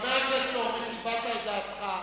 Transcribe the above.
חבר הכנסת הורוביץ, הבעת את דעתך,